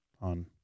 on